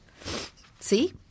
See